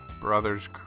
Brothers